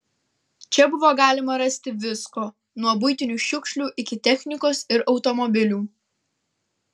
čia buvo galima rasti visko nuo buitinių šiukšlių iki technikos ir automobilių